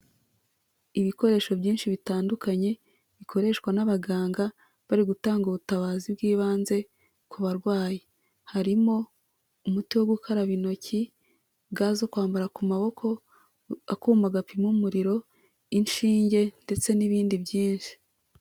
Ibikoresho byinshi bitandukanye, bikoreshwa n'abaganga, bari gutanga ubutabazi bw'ibanze, ku barwayi. Harimo umuti wo gukaraba intoki, ga zo kwambara ku maboko, akuma gapima umuriro, inshinge, ndetse n'ibindi byinshi.